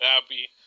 happy